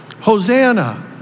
hosanna